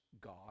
God